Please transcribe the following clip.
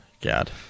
God